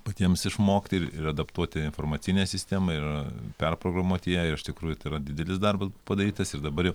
patiems išmokti ir ir adaptuoti informacinę sistemą ir perprogramuoti ją ir iš tikrųjų tai yra didelis darbas padarytas ir dabar jau